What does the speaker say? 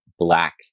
black